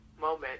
moment